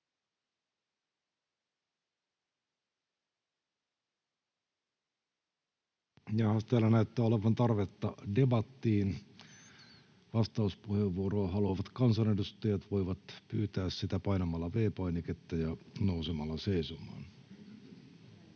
Jaahas, täällä näyttää olevan tarvetta debattiin. Vastauspuheenvuoroa haluavat kansanedustajat voivat pyytää sitä painamalla V-painiketta ja nousemalla seisomaan.